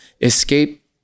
escape